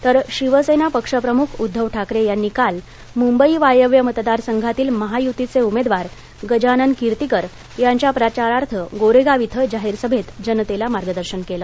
तर शिवसेना पक्षप्रमुख उद्धव ठाकरे यांनी काल मुंबई वायव्य मतदारसंघातील महायुतीचे उमेदवार गजानन कीर्तिकर यांच्या प्रचारार्थ गोरेगाव इथ जाहीर सभेत जनतेला मार्गदर्शन केलं